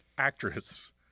actress